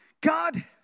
God